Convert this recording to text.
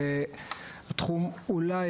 זה התחום אולי,